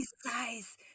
size